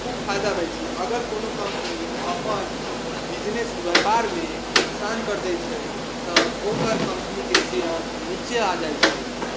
खूब फाइदा होइ छै अगर कोनो कम्पनी अपन बिजनेस व्यापारमे नुकसान करि दै छै तऽ ओकर कम्पनीके शेयर निचे आबि जाइ छै